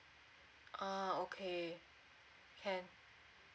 uh okay can